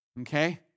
Okay